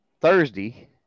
Thursday